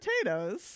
potatoes